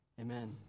Amen